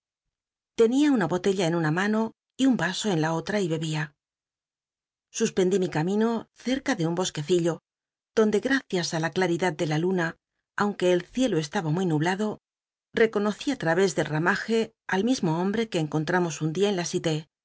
una botella en una mano y un vaso en la olm y bebía ca ti c un bosquecillo donde gracias á la claridad de la luna aunque el cielo estaba muy nublado reconocí á ll'ayés del ramaje al mismo hombre que cnconlmmos un di t en la